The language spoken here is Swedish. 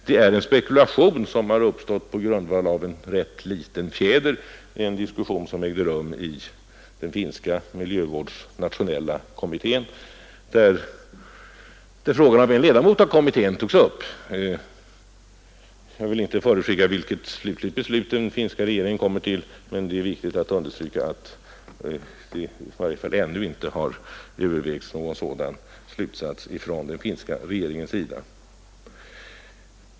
Det är en spekulation som uppstått på grundval av en rätt liten fjäder, nämligen en diskussion som ägde rum i den nationella miljövårdskommittén, där frågan togs upp av en ledamot av kommittén. Jag vill inte förutskicka vilket slutgiltigt beslut den finska regeringen kommer fram till, men det är viktigt att understryka att det i varje fall ännu inte har övervägts någon sådan slutsats från den finska regeringens sida.